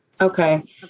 Okay